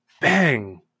bang